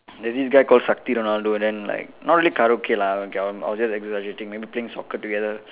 there's this guy called Sakthi Ronaldo then like not really karaoke lah okay I'm I was just exaggerating maybe playing soccer together